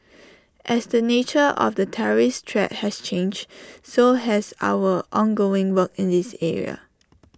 as the nature of the terrorist threat has changed so has our ongoing work in this area